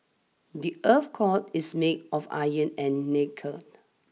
the earth's core is made of iron and nickel